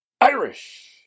Irish